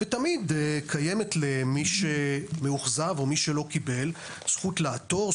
ותמיד קיימת למי שמאוכזב או מי שלא קיבל זכות לעתור,